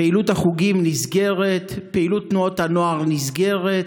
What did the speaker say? פעילות החוגים נסגרת, פעילות תנועות הנוער נסגרת,